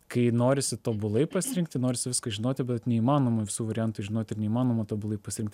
kai norisi tobulai pasirinkti norisi viską žinoti bet neįmanoma visų variantų žinoti ir neįmanoma tobulai pasirinkt